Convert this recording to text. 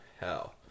hell